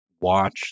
watch